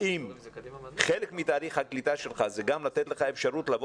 האם המורים האלה יקלטו לתוך בתי ספר או לתוך איזו